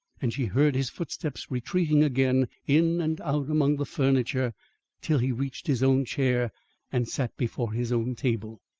and she heard his footsteps retreating again in and out among the furniture till he reached his own chair and sat before his own table.